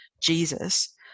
jesus